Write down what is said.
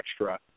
extra